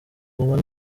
guma